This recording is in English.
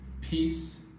peace